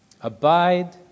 Abide